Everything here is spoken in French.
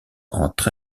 entre